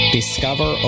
Discover